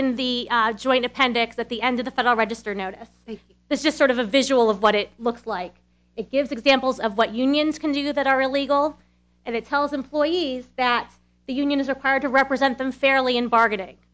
in the joint appendix at the end of the federal register notice this is sort of a visual of what it looks like it gives examples of what unions can do that are illegal and it tells employees that the union is required to represent them fairly in bargaining